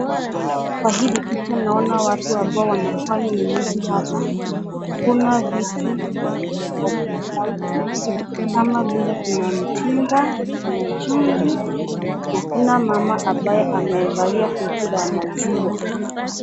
Kwa hili picha naona watu ambao wanafanya ununuzi hapa, Kuna vitu tofauti kama vile mitinda, Kuna chumvi na Kuna mama ambaye amevalia koti ya maziwa.